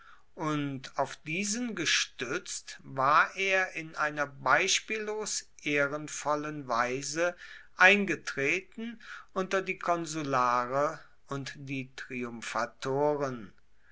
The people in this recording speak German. und auf diesen gestützt war er in einer beispiellos ehrenvollen weise eingetreten unter die konsulare und die